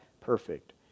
perfect